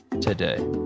today